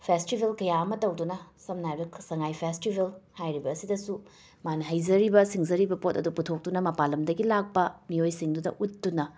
festival ꯀꯌꯥ ꯑꯃ ꯇꯧꯗꯨꯅ ꯁꯝꯅ ꯍꯥꯏꯔꯕꯗ ꯁꯉꯥꯏ ꯐꯦꯁꯇꯤꯕꯦꯜ ꯍꯥꯏꯔꯤꯕ ꯑꯁꯤꯗꯁꯨ ꯃꯥꯅ ꯍꯩꯖꯔꯤꯕ ꯁꯤꯡꯖꯔꯤꯕ ꯄꯣꯠ ꯑꯗꯨ ꯄꯨꯊꯣꯛꯇꯨꯅ ꯃꯄꯥꯜ ꯂꯝꯗꯒꯤ ꯂꯥꯛꯄ ꯃꯤꯑꯣꯏꯁꯤꯡꯗꯨꯗ ꯎꯠꯇꯨꯅ